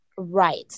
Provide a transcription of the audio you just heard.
Right